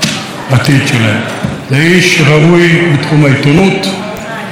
זה איש ראוי בתחום העיתונות ובתחום הפוליטיקה,